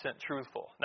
truthful